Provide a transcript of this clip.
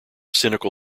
cynical